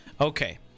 Okay